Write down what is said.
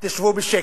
תשבו בשקט.